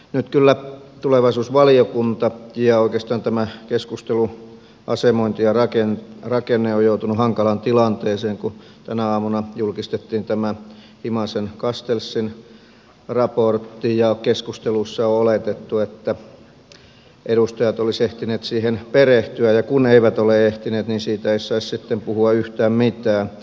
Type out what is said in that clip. nyt kyllä tulevaisuusvaliokunta ja oikeastaan tämä keskustelu asemointi ja rakenne ovat joutuneet hankalaan tilanteeseen kun tänä aamuna julkistettiin tämä himasencastellsin raportti ja keskustelussa on oletettu että edustajat olisivat ehtineet siihen perehtyä ja kun he eivät ole ehtineet niin siitä ei saisi sitten puhua yhtään mitään